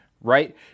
right